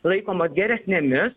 laikomos geresnėmis